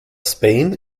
spain